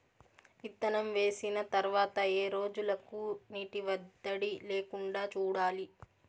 విత్తనం వేసిన తర్వాత ఏ రోజులకు నీటి ఎద్దడి లేకుండా చూడాలి?